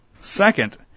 Second